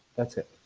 that's it.